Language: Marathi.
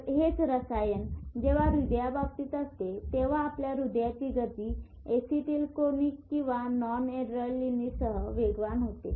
तर हेच रसायन जेव्हा हृदयाबाबतीत असते तेव्हा आपल्या हृदयाची गती एसिटिल्कोलीन किंवा नॉन अड्रेनालिनसह वेगवान होते